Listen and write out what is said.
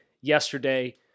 yesterday